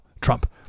Trump